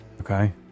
Okay